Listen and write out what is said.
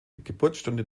geburtsstunde